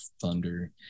thunder